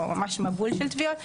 או ממש מבול של תביעות.